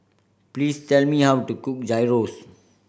please tell me how to cook Gyros